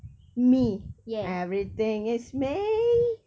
me everything is me